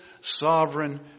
sovereign